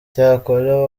cyakora